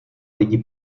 lidi